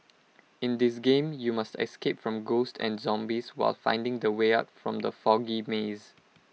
in this game you must escape from ghosts and zombies while finding the way out from the foggy maze